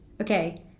okay